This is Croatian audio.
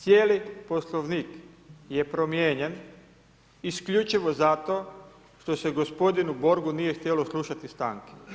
Cijeli Poslovnik je promijenjen isključivo zato što se gospodinu borgu nije htjelo slušati stanke.